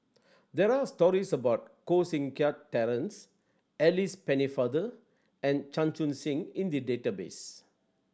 there' re stories about Koh Seng Kiat Terence Alice Pennefather and Chan Chun Sing in the database